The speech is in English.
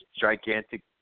gigantic